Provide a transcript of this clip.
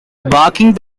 braking